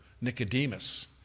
Nicodemus